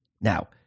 Now